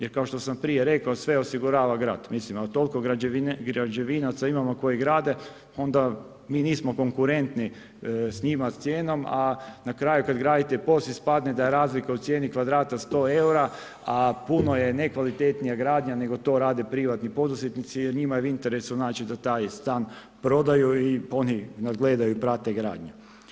Jer kao što sam prije rekao, sve osigurava grad, od toliko građevinaca koji grade, onda mi nismo konkurentni s njima s cijenom a na kraju kada gradite POS, ispadne da je razlika u cijeni kvadrata 100 eura, a puno je nekvalitetni ja gradnja nego to rade privatni poduzetnici, jer njima je u interesu da taj stan prodaju i oni nadgledaju, prate gradnju.